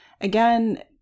Again